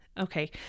Okay